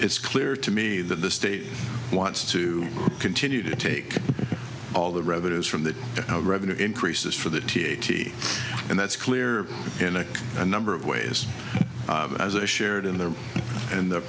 it's clear to me that the state wants to continue to take all the revenues from the revenue increases for the t t and that's clear in a number of ways as a shared in there and the